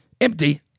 Empty